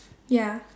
ya